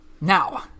now